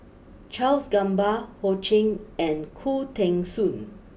Charles Gamba Ho Ching and Khoo Teng Soon